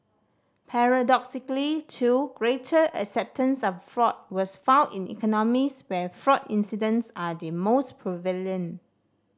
paradoxically too greater acceptance of fraud was found in economies where fraud incidents are the most prevalent